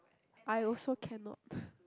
I also cannot